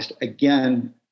again